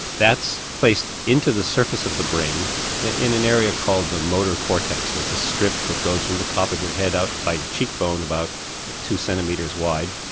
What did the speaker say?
that's placed into the surface of the brain in an area called the motor cortex, it's a strip that goes from the top of your head up by your cheek bone about ah two centimetres wide.